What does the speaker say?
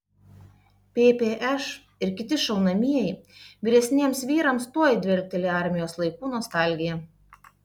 ppš ir kiti šaunamieji vyresniems vyrams tuoj dvelkteli armijos laikų nostalgija